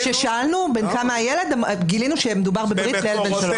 כששאלנו בן כמה הילד גילינו שמדובר בברית לילד בן שלוש.